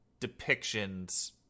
depictions